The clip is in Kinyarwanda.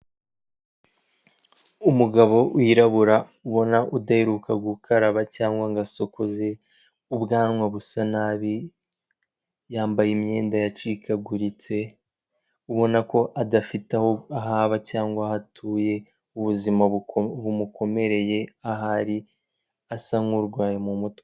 Umugabo wirabura ubona udaheruka gukaraba cyangwa ngo asokoze, ubwanwa busa nabi yambaye imyenda yacikaguritse ubona ko adafite aho haba cyangwa aho hatuye, ubuzima bumukomereye ahari asa n'urwaye mu mutwe.